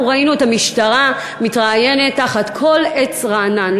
אנחנו ראינו את המשטרה מתראיינת תחת כל עץ רענן.